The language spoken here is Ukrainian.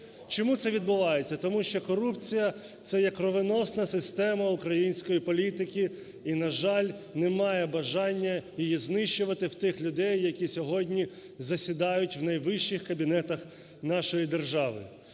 Чому це відбувається? Тому що корупція – це є кровоносна система української політики, і на жаль, немає бажання її знищувати в тих людей, які сьогодні засідають у найвищих кабінетах нашої держави.